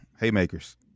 haymakers